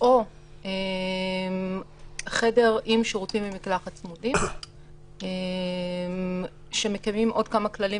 או אין לו חדר עם שירותים ומקלחת צמודים ועוד כמה כללים